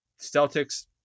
Celtics